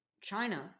China